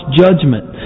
judgment